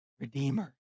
redeemer